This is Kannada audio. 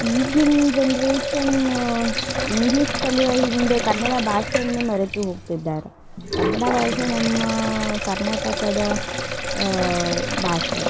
ಈಗಿನ ಜನ್ರೇಷನ್ ಇಂಗ್ಲೀಷ್ ಕಲಿಯೋ ಹಿಂದೆ ಕನ್ನಡ ಭಾಷೆಯನ್ನೆ ಮರೆತು ಹೋಗ್ತಿದ್ದಾರೆ ಕನ್ನಡ ಭಾಷೆ ನಮ್ಮ ಕರ್ನಾಟಕದ ಭಾಷೆ